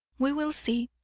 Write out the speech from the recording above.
we will see.